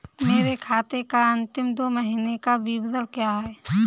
मेरे खाते का अंतिम दो महीने का विवरण क्या है?